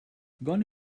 gone